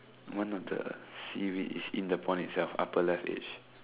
the one on the seaweed is in the pond itself upper left is